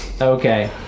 Okay